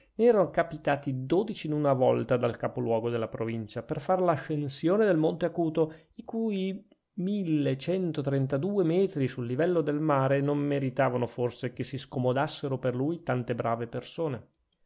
erano capitati dodici in una volta dal capoluogo della provincia per far l'ascensione del monte acuto i cui mille centotrentadue metri sul livello del mare non meritavano forse che si scomodassero per lui tante brave persone